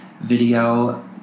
video